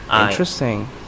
Interesting